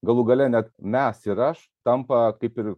galų gale net mes ir aš tampa kaip ir